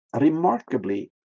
remarkably